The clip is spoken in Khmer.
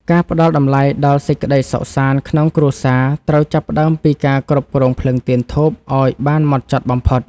ការផ្តល់តម្លៃដល់សេចក្តីសុខសាន្តក្នុងគ្រួសារត្រូវចាប់ផ្តើមពីការគ្រប់គ្រងភ្លើងទៀនធូបឱ្យបានហ្មត់ចត់បំផុត។